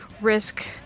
risk